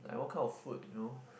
like what kind of food you know